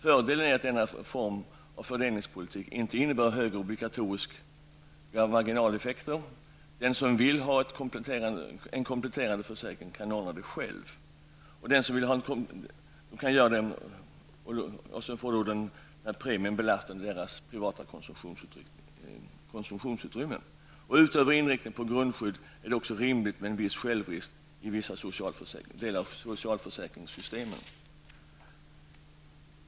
Fördelen är att denna form av fördelningspolitik inte innebär högre obligatoriska marginaleffekter. Den som vill ha en kompletterande försäkring kan ordna det själv genom att låta premien belasta det privata konsumtionsutrymmet. Utöver inriktningen på grundskydd är det också i vissa av socialförsäkringssystemen rimligt med en viss självrisk.